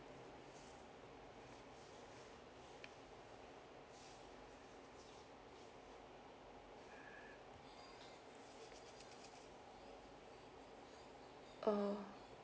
oh